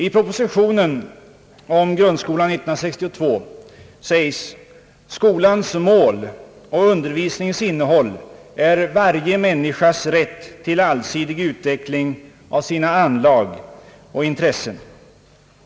I propositionen om grundskolan år 1962 sägs: »Skolans mål och undervisningens innehåll är varje människas rätt till allsidig utveckling av sina anlag och intressen.